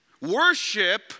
Worship